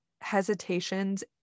hesitations